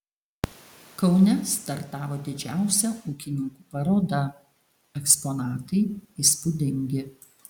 kaune startavo didžiausia ūkininkų paroda eksponatai įspūdingi